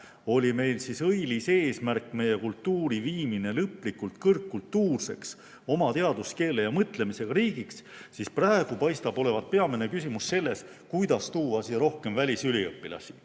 päevil oli õilis eesmärk meie kultuuri viimine lõplikult kõrgkultuurseks, oma teaduskeele ja -mõtlemisega riigiks, siis praegu paistab olevat peamine küsimus selles, kuidas tuua siia rohkem välisüliõpilasi."